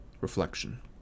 Reflection